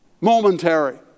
momentary